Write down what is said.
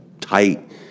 tight